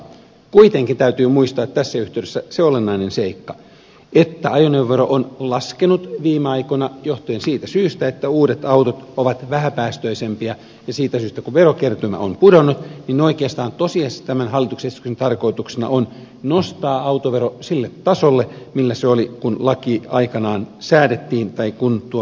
kuitenkin täytyy muistaa tässä yhteydessä se olennainen seikka että ajoneuvovero on laskenut viime aikoina johtuen siitä syystä että uudet autot ovat vähäpäästöisempiä ja siitä syystä kun verokertymä on pudonnut oikeastaan tosiasiassa tämän hallituksen esityksen tarkoituksena on nostaa autovero sille tasolle millä se oli kun laki aikanaan säädettiin tai kun tuo päätös tehtiin